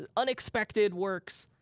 ah unexpected works,